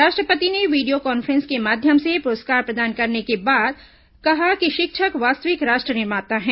राष्ट्रपति ने video conference के माध्यम से पुरस्कार प्रदान करने के बाद कहा कि शिक्षक वास्तविक राष्ट्र निर्माता हैं